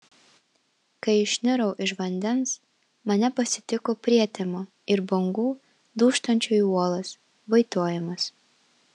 kai išnirau iš vandens mane pasitiko prietema ir bangų dūžtančių į uolas vaitojimas